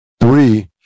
three